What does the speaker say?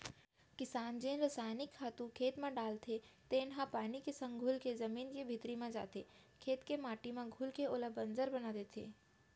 किसान जेन रसइनिक खातू खेत म डालथे तेन ह पानी के संग घुलके जमीन के भीतरी म जाथे, खेत के माटी म घुलके ओला बंजर बना देथे